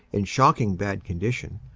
in shocking bad condition,